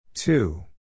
Two